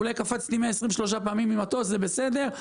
אולי קפצתי 123 פעמים ממטוס, זה בסדר.